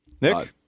Nick